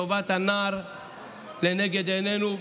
טובת הנער לנגד עינינו,